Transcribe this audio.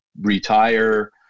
retire